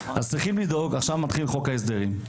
עכשיו מתחיל חוק ההסדרים,